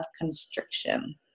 constriction